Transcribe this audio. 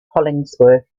hollingsworth